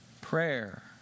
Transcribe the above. Prayer